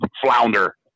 flounder